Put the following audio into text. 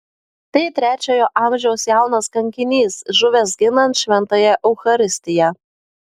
tai trečiojo amžiaus jaunas kankinys žuvęs ginant šventąją eucharistiją